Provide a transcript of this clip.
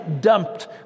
dumped